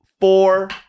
four